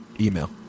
email